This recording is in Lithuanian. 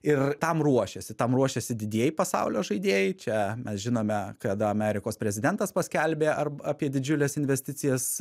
ir tam ruošiasi tam ruošiasi didieji pasaulio žaidėjai čia mes žinome kad amerikos prezidentas paskelbė ar apie didžiules investicijas